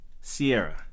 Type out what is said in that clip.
Sierra